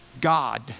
God